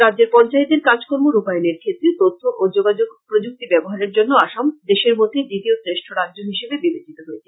রাজ্যের পঞ্চায়েতের কাজকর্ম রূপায়নের ক্ষেত্রে তথ্য ও যোগাযোগ প্রযুক্তি ব্যবহারের জন্য আসাম দেশের মধ্যে দ্বিতীয় শ্রেষ্ঠ রাজ্য হিসাবে বিবেচিত হয়েছে